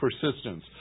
persistence